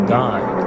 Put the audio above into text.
died